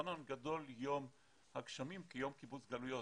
גדול יום הגשמים כיום קיבוץ גלויות.